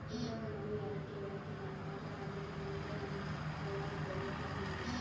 ಊರಾಗ ನಾವು ಯಾಲಕ್ಕಿ ಬೆಳೆಕಲ್ಲ ಆದ್ರ ಅದುನ್ನ ಮುಂದೆ ನಮ್ ಹೊಲದಾಗ ಬೆಳೆಯೋ ಪ್ಲಾನ್ ಐತೆ